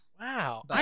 Wow